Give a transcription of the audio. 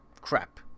crap